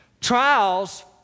Trials